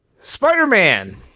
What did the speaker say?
Spider-Man